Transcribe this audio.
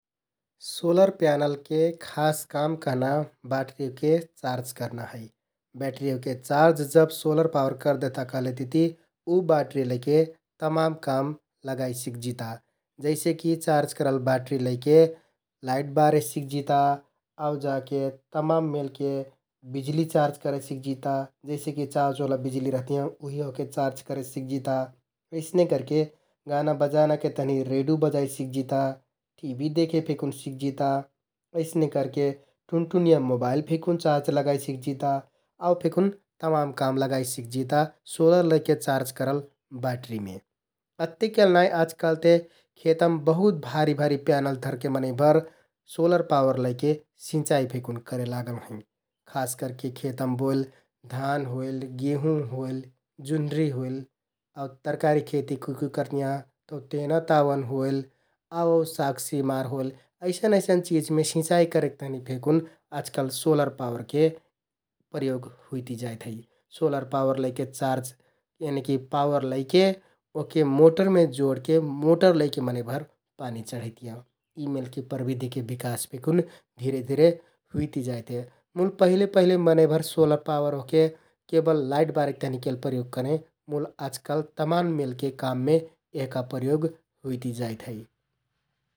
सोलर प्यानलके खास काम कहना बाट्रि ओहके चार्ज करना है । ब्याट्रि ओहके चार्ज जब सोलर पावर करदेहता कहलेतिति उ बाट्रि लैके तमाम काम लगाइ सिकजिता । जैसेकि चार्ज करल बाट्रि लैके लाइट बारे सिकजिता आउ जाके तमाम मेलके बिजलि चार्ज करे सिकजिता । जइसेकि चार्जओला बिजलि रहतियाँ उहि ओहके चार्ज करेसिकजिता । अइसने करके गाना बजानाके तहनि रेडु बजाइ सिकजिता, टिभि देखे फेकुन सिकजिता । अइसने करके टुनटुनियाँ मोबाइल फेकुन चार्ज लगाइ सिकजिता आउ फेकुन तमान काम लगाइ सिकजिता सोलर लैके चार्ज करल बाट्रिमे । अत्तेकेल नाइ आजकाल ते खेतम बहुत भारि भारि प्यानल धरके मनैंभर सोलर पावर लैके सिंचाइ फेकुन करे लागल हैं । खास करके खेतम बोइल धान होइल, गेंहु होइल, जुन्हरि होइल आउ तरकारी खेति कुइ कुइ करतियाँ । तौ तेना ताउन होइल आउ साग सिमार होइल अइसन अइसन चिजमे सिंचाइ करेक तहनि फेकुन आजकाल सोलर पावरके प्रयोग हुइति जाइत है । सोलर पावर लैके चार्ज यनिकि पावर लैके ओहके मोटरमे जोडके मोटर लैके मनैंभर पानी चढैतियाँ । यि मेलके प्रविधिके बिकास फेकुन धिरे धिरे हुइति जाइत हे मुल पहिले पहिले मनैंभर सोलर पावर ओहके केवल लाइट बारेक तहनि केल प्रयोग करें । मुल आजकाल तमाम मेलके काममे यहका प्रयोग हुइति जाइत है ।